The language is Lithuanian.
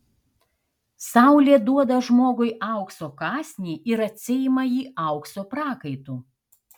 saulė duoda žmogui aukso kąsnį ir atsiima jį aukso prakaitu